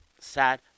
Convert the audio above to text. sad